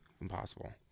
Impossible